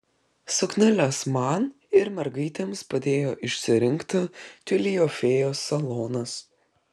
sukneles man ir mergaitėms padėjo išsirinkti tiulio fėjos salonas